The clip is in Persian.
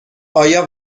آیا